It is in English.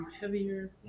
Heavier